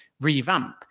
revamp